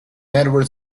edward